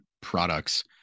products